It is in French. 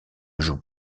joue